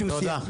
הם צודקים.